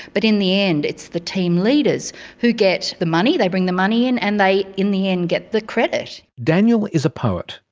but in the end it's the team leaders who get the money, they bring the money in and they in the end get the credit. daniel is a poet,